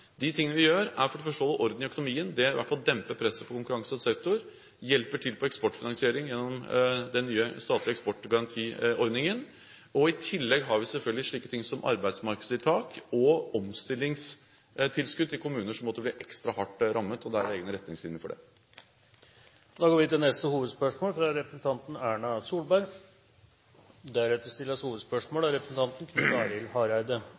å holde orden i økonomien. Det demper i hvert fall presset på konkurranseutsatt sektor. Vi hjelper til med eksportfinansiering gjennom den nye statlige eksportgarantiordningen. I tillegg har vi selvfølgelig slike ting som arbeidsmarkedstiltak og omstillingstilskudd til kommuner som måtte bli ekstra hardt rammet, og det er egne retningslinjer for det. Vi går til neste hovedspørsmål.